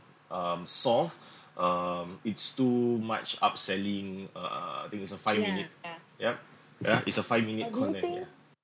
um soft um it's too much upselling err I think this one five minute yup yeah it's a five minute connect yeah